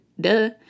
duh